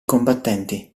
combattenti